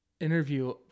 interview